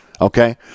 okay